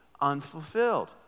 unfulfilled